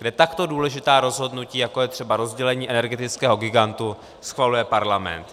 Kde takto důležitá rozhodnutí, jako je třeba rozdělení energetického gigantu, schvaluje parlament.